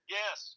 yes